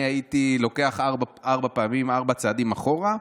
אני הייתי לוקח ארבע פעמים ארבעה צעדים אחורה,